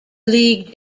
league